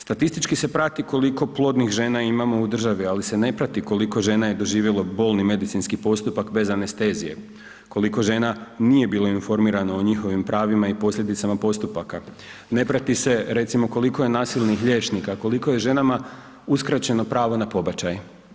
Statistički se prati koliko plodnih žena imamo u državi, ali se ne prati koliko žena je doživjelo bolni medicinski postupak bez anestezije, koliko žena nije bilo informirano o njihovim pravima i posljedicama postupaka, ne prati se recimo koliko je nasilnih liječnika, koliko je ženama uskraćeno pravo na pobačaj.